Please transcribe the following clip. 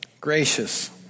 gracious